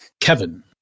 Kevin